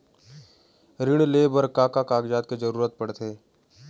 ऋण ले बर का का कागजात के जरूरत पड़थे?